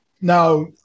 Now